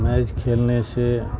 match کھیلنے سے